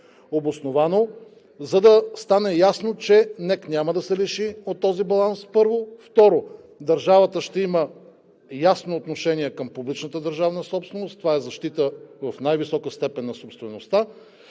обосновано, за да стане ясно, че НЕК няма да се лиши от този баланс – първо. Второ, държавата ще има ясно отношение към публичната държавна собственост. Това е защита в най-висока степен на собствеността.